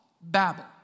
Babel